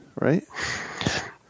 Right